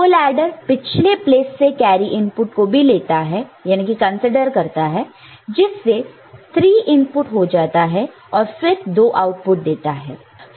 full adder पिछले place से carry input को भी लेता कंसीडर consider है जिससे 3 इनपुट हो जाते हैं और फिर दो आउटपुट देता है